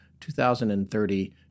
2030